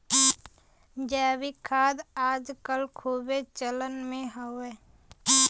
जैविक खाद आज कल खूबे चलन मे हउवे